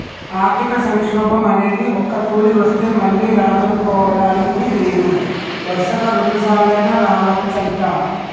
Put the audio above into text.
ఆర్థిక సంక్షోభం అనేది ఒక్కతూరి వస్తే మళ్ళీ రాదనుకోడానికి లేదు వరుసగా రెండుసార్లైనా రావచ్చంట